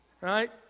Right